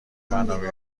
برنامه